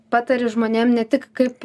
patari žmonėm ne tik kaip